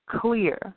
clear